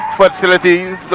facilities